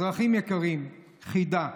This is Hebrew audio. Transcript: אזרחים יקרים, חידה: